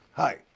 Hi